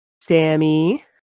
Sammy